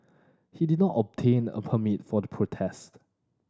he did not obtain a permit for the protest